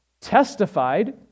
testified